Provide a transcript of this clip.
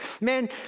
man